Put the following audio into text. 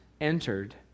entered